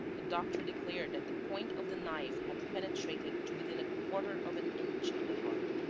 the doctor declared that the point of the knife had penetrated to within a quarter of an inch of the heart.